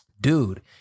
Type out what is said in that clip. dude